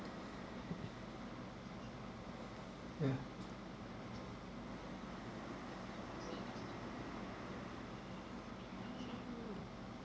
ya